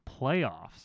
playoffs